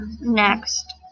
next